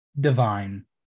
divine